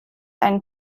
einen